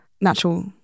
natural